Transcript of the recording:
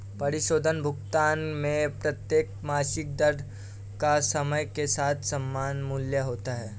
परिशोधन भुगतान में प्रत्येक मासिक दर का समय के साथ समान मूल्य होता है